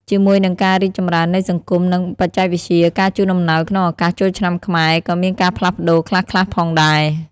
ជាមួយនឹងការរីកចម្រើននៃសង្គម និងបច្ចេកវិទ្យា ការជូនអំណោយក្នុងឱកាសចូលឆ្នាំខ្មែរក៏មានការផ្លាស់ប្តូរខ្លះៗផងដែរ។